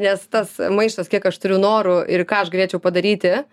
nes tas maištas kiek aš turiu norų ir ką aš galėčiau padaryti